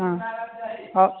हँ अ